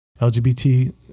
LGBT